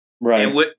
Right